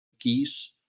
geese